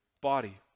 body